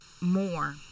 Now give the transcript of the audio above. more